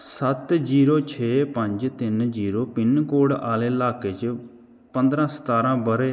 सत्त जीरो छे पंज तिन जीरो पिन्न कोड आह्ले ल्हाके च पन्दरां सतारां ब'रे